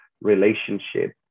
relationship